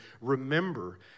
remember